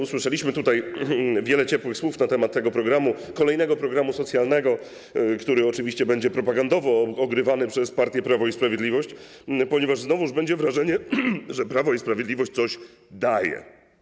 Usłyszeliśmy tutaj wiele ciepłych słów na temat tego programu, kolejnego programu socjalnego, który oczywiście będzie propagandowo ogrywany przez partię Prawo i Sprawiedliwość, ponieważ znowuż będzie wrażenie, że Prawo i Sprawiedliwość coś daje.